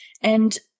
and-